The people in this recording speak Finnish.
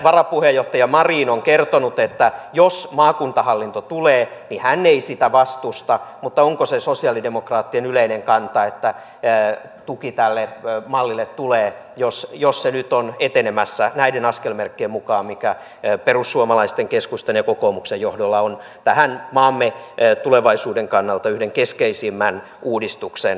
varapuheenjohtaja marin on kertonut että jos maakuntahallinto tulee niin hän ei sitä vastusta mutta onko se sosialidemokraattien yleinen kanta että tuki tälle mallille tulee jos se nyt on etenemässä näiden askelmerkkien mukaan mikä perussuomalaisten keskustan ja kokoomuksen johdolla on tähän maamme tulevaisuuden kannalta yhden keskeisimmän uudistuksen perusrangaksi luotu